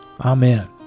Amen